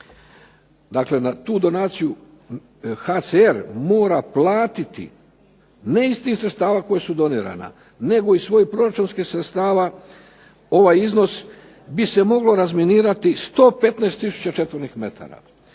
dakle na tu donaciju, HCR mora platiti, ne iz tih sredstava koja su donirana nego iz svojih proračunskih sredstava ovaj iznos bi se moglo razminirati 115 tisuća četvornih metara.